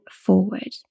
forward